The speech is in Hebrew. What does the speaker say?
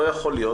לא יכול להיות